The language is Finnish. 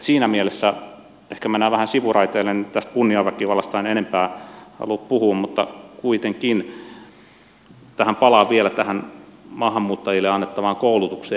siinä mielessä ehkä mennään vähän sivuraiteille nyt tästä kunniaväkivallasta en enempää halua puhua mutta kuitenkin palaan vielä tähän maahanmuuttajille annettavaan koulutukseen